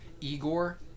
Igor